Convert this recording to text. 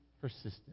persistent